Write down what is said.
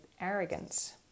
arrogance